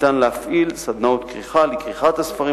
אפשר להפעיל סדנאות כריכה לכריכת הספרים